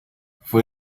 fue